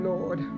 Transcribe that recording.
Lord